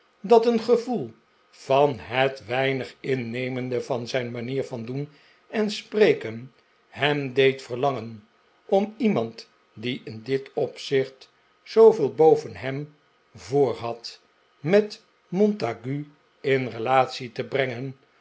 dat een gevoel van het weinig innemende van zijn manier van doen en spreken hem deed verlangen om iemand die in dit opzicht zooveel boven hem voor had met montague in relatie te brengen